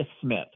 Smith